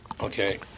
Okay